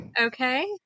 Okay